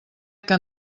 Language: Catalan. que